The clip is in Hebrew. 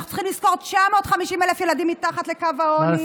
אנחנו צריכים לזכור: 950,000 ילדים מתחת לקו העוני.